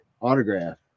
autograph